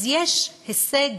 אז יש הישג